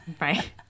Right